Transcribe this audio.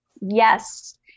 Yes